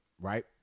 right